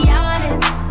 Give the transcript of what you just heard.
honest